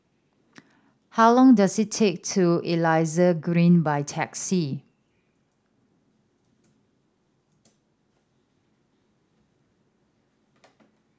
how long does it take to Elias Green by taxi